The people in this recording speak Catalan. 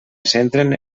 centren